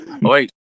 Wait